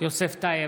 יוסף טייב,